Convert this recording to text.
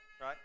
right